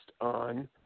on